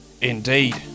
Indeed